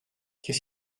qu’est